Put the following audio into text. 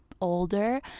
older